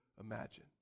imagine